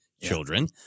children